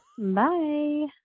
Bye